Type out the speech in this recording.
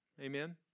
Amen